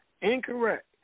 Incorrect